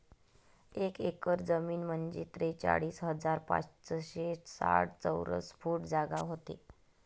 एक एकर जमीन म्हंजे त्रेचाळीस हजार पाचशे साठ चौरस फूट जागा व्हते